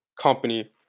company